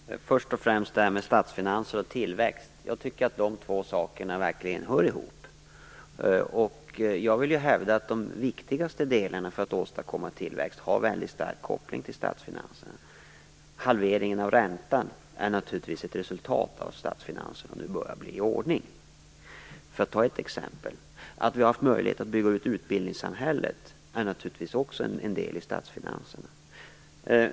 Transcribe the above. Herr talman! Först och främst tycker jag att statsfinanser och tillväxt verkligen hör ihop. Jag hävdar att de viktigaste delarna för att åstadkomma tillväxt har en väldigt stark koppling till statsfinanserna. Halveringen av räntan är naturligtvis ett resultat av att statsfinanserna nu börjar komma i ordning. Det är ett exempel. Att vi har haft möjlighet att bygga ut utbildningssamhället är naturligtvis också en del i statsfinanserna.